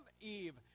Eve